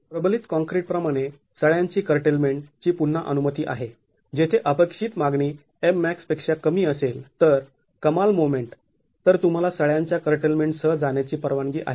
प्रबलित काँक्रीट प्रमाणे सळयांची कर्टेलमेंट ची पुन्हा अनुमती आहे जेथे अपेक्षित मागणी Mmax पेक्षा कमी असेल तर कमाल मोमेंट तर तुम्हाला सळयांच्या कर्टेलमेंटसह जाण्याची परवानगी आहे